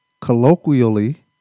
Colloquially